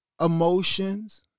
emotions